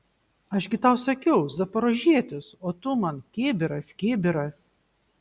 aš gi tau sakiau zaporožietis o tu man kibiras kibiras